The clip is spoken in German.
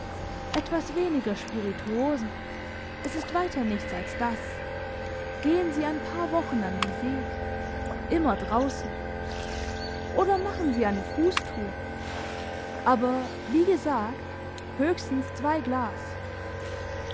etwas weniger spirituosen es ist weiter nichts als das gehen sie ein paar wochen an die see immer draussen oder machen sie eine fusstour aber wie gesagt höchstens zwei glas